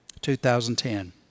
2010